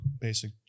basic